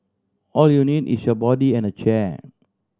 all you need is your body and a chair